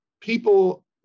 people